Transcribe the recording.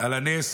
על הנס.